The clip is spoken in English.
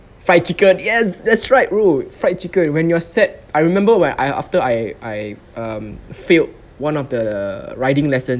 fried chicken yes that's right bro fried chicken when you're sad I remember when I after I I I um failed one of the riding lesson